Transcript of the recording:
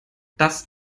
das